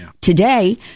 Today